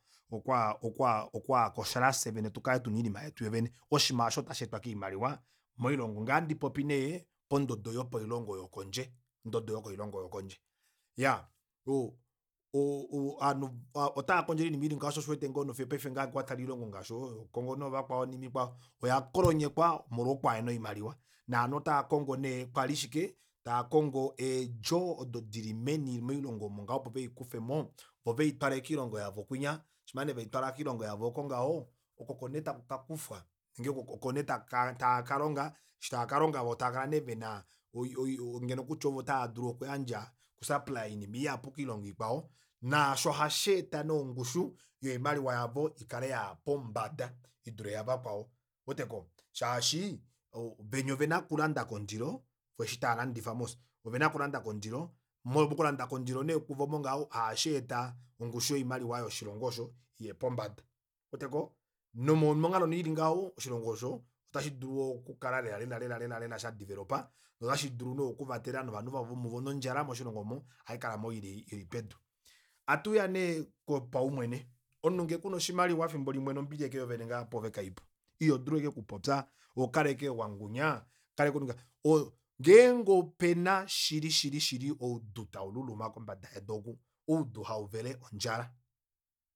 Okwa okwa okwa okwaakoshola fyee tukale tuna oinima yetu fyee vene oshiima aasho ota sheetwa koimaliwa moilongo ngaha oha ndipopi nee pandodo yokoilongo yopondje ododo yokoilongo yokondje iyaa ovanhu otaakondjele oinima ili ngaho shoo osho uwete ngoo nopaife ngeenge owatale oilongo ihapu ngaashi oo congo noovakwao oyakolonyekwa omolwo kuhena oimaliwa novanhu ota vakongo nee kwali shike taakongo eedjo odo dili meni moilongo oyo ngaho opo veikufemo voo veitwale koilongo yavo kunya shima nee veitwala koilongo yavo oko ngaho oko oko nee taku kakufwa oko nee taaka longa eshi takalonga voo taakala nee vena oi- oi- ngeno kutya ovo taadulu okuyandja oku supplies oinima ihapu koilongo ikwao naasho oha sheeta nee ongushu yoimaliwa yavo ikale yaya pombada idule yavakwao ouweteko shaashi venya ovena okulanda kondilo eshi taalandifa ovena okulanda kondilo mokulanda nee kuvo kondilo nee oko ngaho ohasheeta ongushu yoshimaliwa yoshilongo osho iye pombada nomonghalo nee ili ngaho oshilongo osho ota shidulu okukala lela lela lela sha developer notashi dulu nee okuvatela novanhu vavo nodjala moshilongo omo ohaikalamo ili pedu atuuya nee paumwene omunhu ngee kuna oshimaliwa efimbo limwe nombili ashike ngaha pwoove kaipo ihodulu ashike okupopya ohokala ashike wangunya ohokala aashike ngaa ngeenge opena shili shili oudu taululuma kombada yedu oku, oudu hauvele ondjala